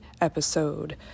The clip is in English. episode